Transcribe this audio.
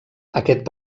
aquest